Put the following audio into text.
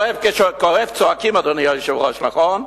כשכואב צועקים, אדוני היושב-ראש, נכון?